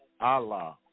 Allah